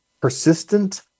persistent